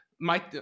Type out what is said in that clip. Mike